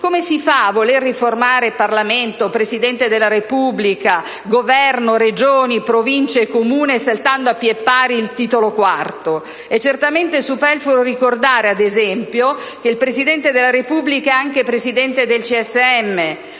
come si fa a voler riformare Parlamento, Presidente della Repubblica, Governo e Regioni, Province e Comuni, saltando a piè pari il Titolo IV? È certamente superfluo ricordare, ad esempio, che il Presidente della Repubblica è anche Presidente del CSM.